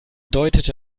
deutete